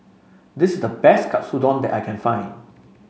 this the best Katsudon that I can find